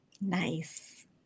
Nice